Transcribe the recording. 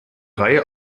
reihe